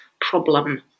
problem